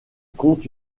compte